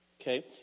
Okay